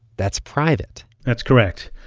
that's private that's correct.